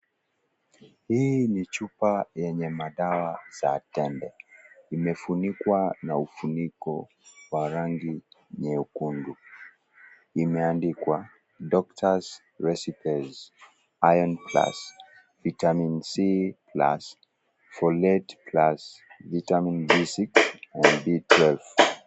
Hii ni chupa yenye madawa za tembe imefunikwa na ufuniko wa rangi nyekundu, imeandikwa doctors recipe iron plus vitamin c+ folate + vitamin B6 and B12 .